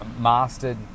mastered